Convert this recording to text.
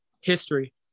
history